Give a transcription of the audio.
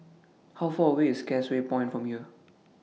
How Far away IS Causeway Point from here